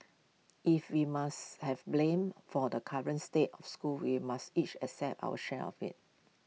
if we must have blame for the current state of school we must each accept our share of IT